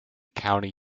county